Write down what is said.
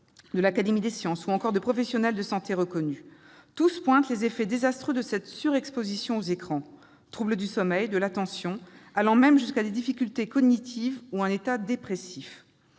de l'Académie des sciences ou de professionnels de santé reconnus. Toutes pointent les effets désastreux de la surexposition aux écrans : troubles du sommeil, de l'attention, voire difficultés cognitives ou état dépressif.